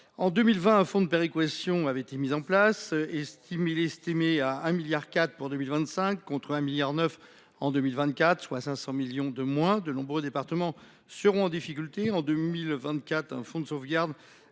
En 2020, un fonds de péréquation a été mis en place. Son montant est estimé à 1,4 milliard pour 2025, contre 1,9 milliard d’euros en 2024, soit 500 millions de moins. De nombreux départements seront en difficulté. En 2024, un fonds de sauvegarde